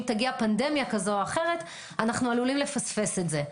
תגיע פנדמיה כזו או אחרת אנו עלולים לפספס את זה וחבל.